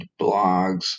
blogs